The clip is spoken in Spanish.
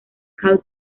karl